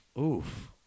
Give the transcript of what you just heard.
Oof